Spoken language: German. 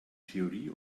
theorie